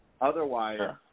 Otherwise